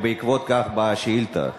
ובעקבות זה באה השאילתא.